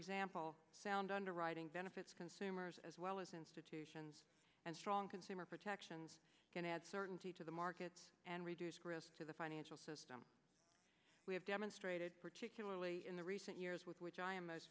example sound underwriting benefits consumers as well as institutions and strong consumer protections can add certainty to the markets and reduce grist to the financial system we have demonstrated particularly in the recent years with which i am most